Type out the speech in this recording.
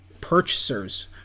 purchasers